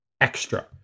extra